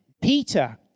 Peter